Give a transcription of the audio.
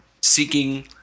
Seeking